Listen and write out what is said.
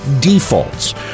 defaults